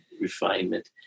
refinement